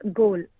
goal